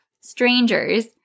Strangers